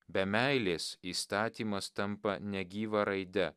be meilės įstatymas tampa negyva raide